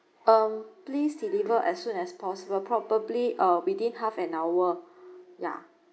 um please deliver as soon as possible probably uh within half an hour yeah